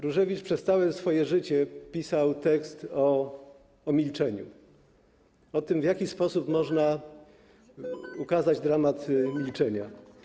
Różewicz przez całe swoje życie pisał tekst o milczeniu, o tym, w jaki sposób można ukazać dramat milczenia.